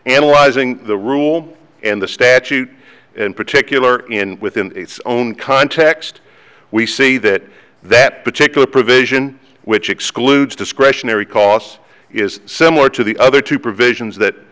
analyzing the rule and the statute in particular and within its own context we say that that particular provision which excludes discretionary costs is similar to the other two provisions that